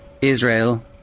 Israel